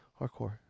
Hardcore